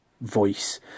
voice